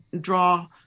draw